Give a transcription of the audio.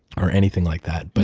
or anything like that. but